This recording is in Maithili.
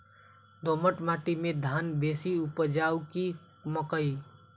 दोमट माटि मे धान बेसी उपजाउ की मकई?